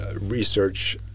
research